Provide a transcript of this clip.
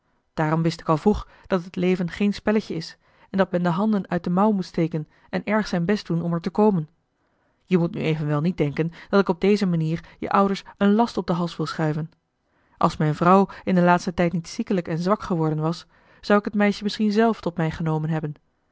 daarom wist ik al vroeg dat het leven geen spelletje is en dat men de handen uit den mouw moet steken en erg zijn best doen om er te komen je moet nu evenwel niet denken dat ik op deze manier je ouders een last op den hals wil schuiven als mijn vrouw in den laatsten tijd niet ziekelijk en zwak geworden was zou ik het meisje misschien zelf tot mij genomen hebben